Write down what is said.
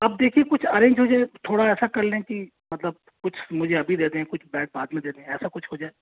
आप देखिए कुछ अरेंज हो जाए थोड़ा ऐसा कर लें कि मतलब कुछ मुझे अभी दे दें कुछ बैड बाद में दे दें ऐसा कुछ हो जाए